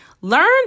Learn